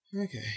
Okay